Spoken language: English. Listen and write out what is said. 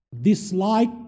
dislike